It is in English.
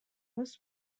was